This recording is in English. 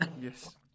Yes